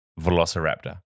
Velociraptor